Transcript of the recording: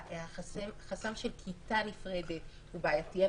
שהחסם של כיתה נפרדת הוא בעייתי,